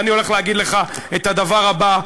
ואני הולך להגיד לך את הדבר הבא,